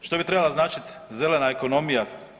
Što bi trebala značiti zelena ekonomija?